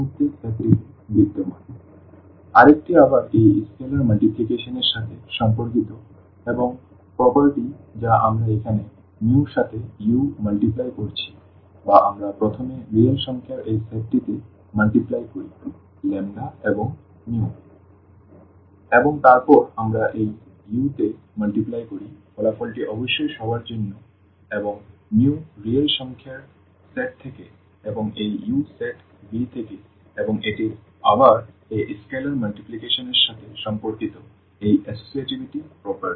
For each u∈V a vector in V denoted by u st u u0 আরেকটি আবার এই scalar multiplication এর সাথে সম্পর্কিত একটি বৈশিষ্ট্য যা আমরা এখানে সাথে u গুণ করছি বা আমরা প্রথমে রিয়েল সংখ্যার এই সেটটিতে গুণ করি এবং mu এবং তারপর আমরা এই u তে গুণ করি ফলাফলটি অবশ্যই সবার জন্য এবং রিয়েল সংখ্যার সেট থেকে এবং এই u সেট V থেকে এবং এটি আবার এই স্কেলার মাল্টিপ্লিকেশন এর সাথে সম্পর্কিত এই এসোসিয়েটিভিটি প্রপার্টি